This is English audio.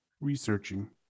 researching